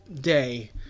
day